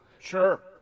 Sure